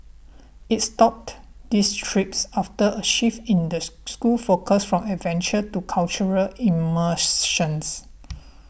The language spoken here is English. it stopped these trips after a shift in the school's focus from adventure to cultural immersion